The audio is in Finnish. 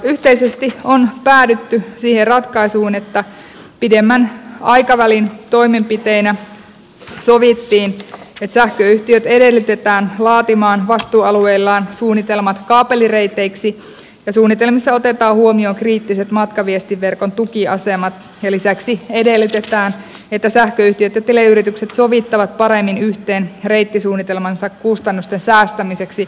yhteisesti on päädytty siihen ratkaisuun että pidemmän aikavälin toimenpiteinä sovittiin että sähköyhtiöt edellytetään laatimaan vastuualueillaan suunnitelmat kaapelireiteiksi ja suunnitelmissa otetaan huomioon kriittiset matkaviestinverkon tukiasemat ja lisäksi edellytetään että sähköyhtiöt ja teleyritykset sovittavat paremmin yhteen reittisuunnitelmansa kustannusten säästämiseksi